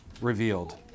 revealed